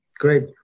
great